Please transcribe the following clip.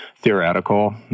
theoretical